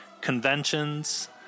conventions